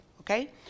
okay